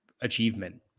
achievement